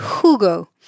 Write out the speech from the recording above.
Hugo